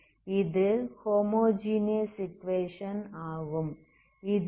இது homogeneous equation ஆகும்